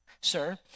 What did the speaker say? sir